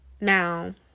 now